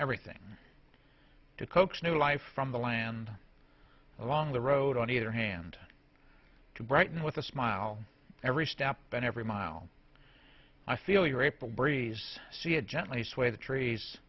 everything to coax new life from the land along the road on either hand to brighten with a smile every step and every mile i feel your april breeze see it gently sway t